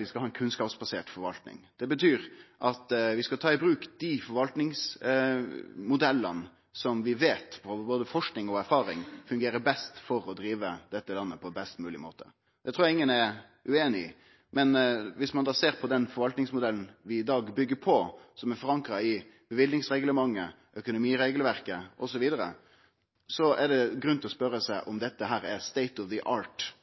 vi skal ha ei kunnskapsbasert forvalting. Det betyr at vi skal ta i bruk dei forvaltingsmodellane som vi veit frå både forsking og erfaring fungerer best for å drive dette landet på best mogleg måte. Det trur eg ingen er ueinig i, men viss ein ser på den forvaltingsmodellen vi i dag byggjer på, som er forankra i bevilgningsreglementet, økonomiregelverket, osv., er det grunn til å spørje seg om dette er ein «state of the art»-forvaltingsmodell for det norske samfunn. Dei